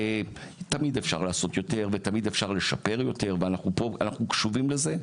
תמיד אפשר לעשות יותר ותמיד אפשר לשפר יותר ואנחנו קשובים לזה,